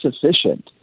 sufficient